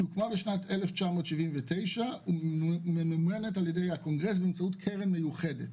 שהוקמה ב-1979 וממומנת על ידי הקונגרס באמצעות קרן מיוחדת.